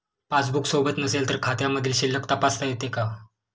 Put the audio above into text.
Passbook सोबत नसेल तर खात्यामधील शिल्लक तपासता येते का?